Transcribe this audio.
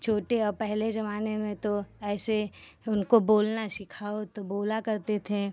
छोटे और पहले ज़माने में तो ऐसे उनको बोलना सिखाओ तो बोला करते थे